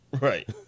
Right